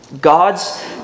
God's